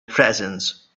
presence